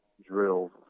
drills